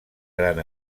gran